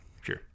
sure